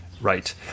Right